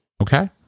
Okay